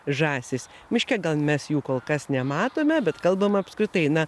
žąsys miške gal mes jų kol kas nematome bet kalbam apskritai na